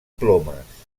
plomes